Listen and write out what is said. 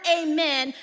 amen